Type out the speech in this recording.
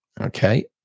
Okay